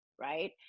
right